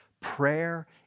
Prayer